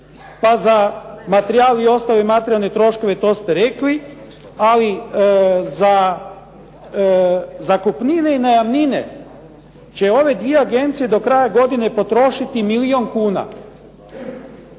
Pa za materijali i ostale materijalne troškove, to ste rekli. Ali za zakupnine i najamnine, će ove dvije agencije do kraja godine potrošiti milijun kuna.